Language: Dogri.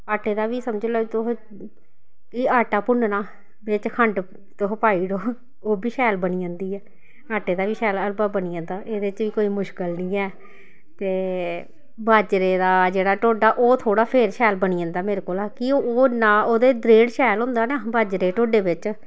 आटे दा बी समझी लेऔ तुस एह आटा भुन्नना बिच्च खंड तुस पाई ओड़ो ओह् बी शैल बनी जंदी ऐ आटे दा बी शैल हलबा बनी जंदा एह्दे च बी कोई मुश्कल निं ऐ ते बाजरे दा जेह्ड़ा ढोडा ओह् थोह्ड़ा फिर शैल बनी जंदा ऐ मेरे कोला कि ओह् ओह् ना ओह्दे च द्रिड़ शैल होंदा ना बाजरे दे ढोडे बिच्च